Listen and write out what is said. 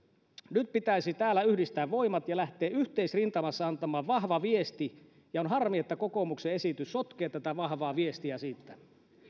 nyt pitäisi täällä yhdistää voimat ja lähteä yhteisrintamassa antamaan vahva viesti ja on harmi että kokoomuksen esitys sotkee tätä vahvaa viestiä siitä